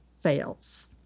fails